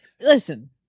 listen